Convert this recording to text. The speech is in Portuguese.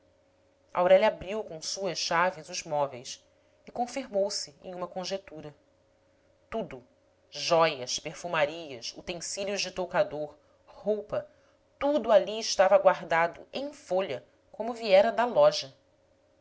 aurélia abriu com suas chaves os móveis e confirmou se em uma conjetura tudo jóias perfumarias utensílios de toucador roupa tudo ali estava guardado em folha como viera da loja